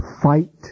fight